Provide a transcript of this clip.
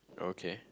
okay